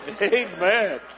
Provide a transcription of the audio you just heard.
Amen